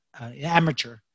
amateur